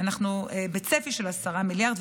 אנחנו בצפי של 10 מיליארד,